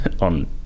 on